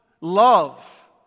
love